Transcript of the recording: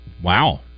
Wow